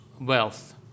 wealth